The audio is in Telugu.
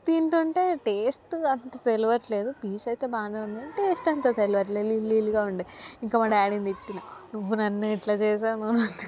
తింటుంటే టేస్ట్ అంత తెలవట్లేదు పీసయితే బాగానే ఉంది టేస్ట్ అంత తెలవట్లేదు నీళ్లు నీళ్లుగా ఉండే ఇంకా మా డాడీని తిట్టిన నువ్వు నన్ను ఇట్లా చేశాను అంటు